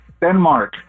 Denmark